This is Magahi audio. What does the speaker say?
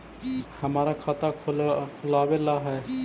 हमरा खाता खोलाबे ला है?